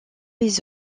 les